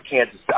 Kansas